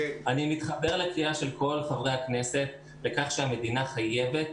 אני מתחבר לקריאה של כל חברי הכנסת לכך שהמדינה חייבת